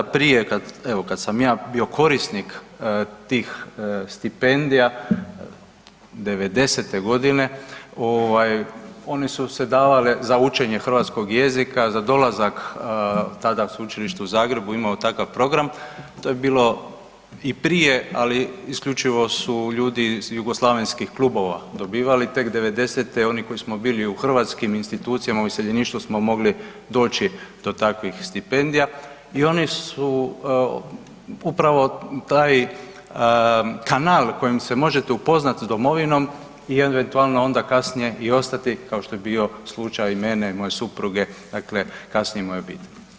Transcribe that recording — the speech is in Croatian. Prije kad sam ja bio korisnik tih stipendija '90.-te godine one su se davale za učenje hrvatskog jezika, za dolazak tada Sveučilište u Zagrebu je imao takav program, to je bilo i prije, ali isključivo su ljudi iz jugoslavenskih klubova dobivali tek '90.-te oni koji smo bili u hrvatskim institucijama u iseljeništvu smo mogli doći do takvih stipendija i oni su upravo taj kanal kojim se možete upoznati s domovinom i eventualno onda kasnije i ostati kao što je bio slučaj mene, moje supruge, kasnije moje obitelji.